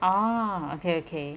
oh okay okay